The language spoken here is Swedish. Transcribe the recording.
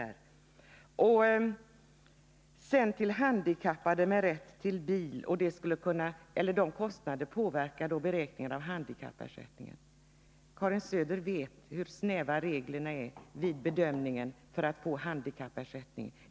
I fråga om handikappade med rätt till bil påverkar kostnaderna beräkningen av handikappersättningen. Karin Söder vet hur snäva gränserna är vid bedömningen av handikappersättning.